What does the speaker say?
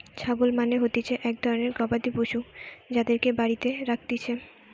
ছাগল মানে হতিছে এক ধরণের গবাদি পশু যাদেরকে বাড়িতে রাখতিছে